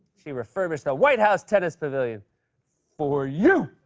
she refurbished the white house tennis pavilion for you!